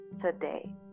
today